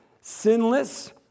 sinless